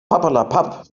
papperlapapp